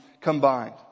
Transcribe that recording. combined